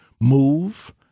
move